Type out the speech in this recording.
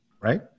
Right